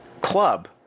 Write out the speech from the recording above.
club